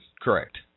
Correct